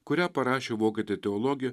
kurią parašė vokietė teologė